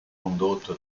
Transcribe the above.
condotto